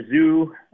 zoo